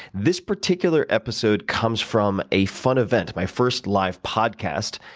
this particular episode comes from a fun event, my first live podcast,